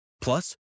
Plus